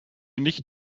nicht